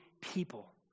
people